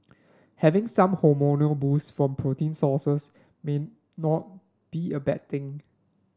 having some hormonal boost from protein sources may not be a bad thing